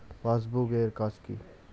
Passbook এর কাজ কি?